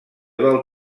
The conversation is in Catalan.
del